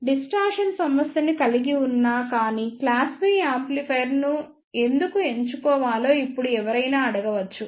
distortion సమస్య ని కలిగి ఉన్నా కానీ క్లాస్ B యాంప్లిఫైయర్ను ఎందుకు ఎంచుకోవాలో ఇప్పుడు ఏవరైనా అడగవచ్చు